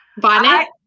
Bonnet